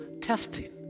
testing